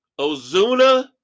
Ozuna